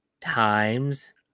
times